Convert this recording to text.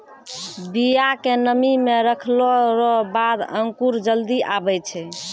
बिया के नमी मे रखलो रो बाद अंकुर जल्दी आबै छै